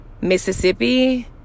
Mississippi